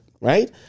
Right